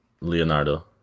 Leonardo